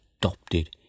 adopted